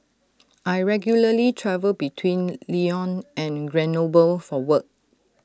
I regularly travel between Lyon and Grenoble for work